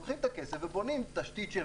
אלא לוקחים את הכסף ובונים תשתית של